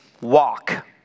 walk